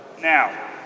Now